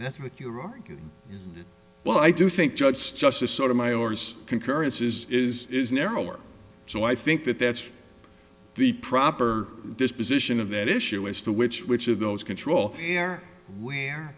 arguing well i do think judge justice sort of my orse concurrence is is is narrower so i think that that's the proper disposition of that issue as to which which of those control air where